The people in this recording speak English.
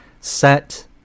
set